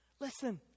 listen